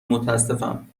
متاسفم